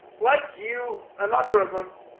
like you another of them.